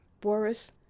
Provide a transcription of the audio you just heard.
Boris